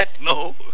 No